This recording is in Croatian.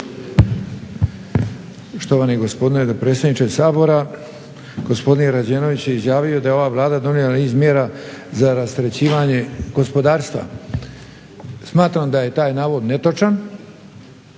Štovani gospodine potpredsjedniče Sabora, gospodin Rađenović je izjavio da je ova Vlada donijela niz mjera za rasterećivanje gospodarstva. Smatram da je taj navod netočan